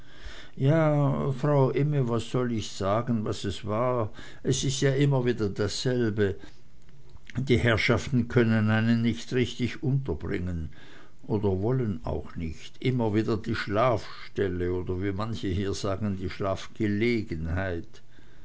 ja frau imme was soll ich sagen was es war es is ja immer wieder dasselbe die herrschaften können einen nich richtig unterbringen oder wollen auch nich immer wieder die schlafstelle oder wie manche hier sagen die schlafgelegenheit